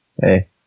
Hey